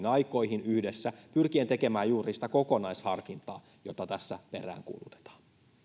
aikoihin yhdessä pyrkien tekemään juuri sitä kokonaisharkintaa jota tässä peräänkuulutetaan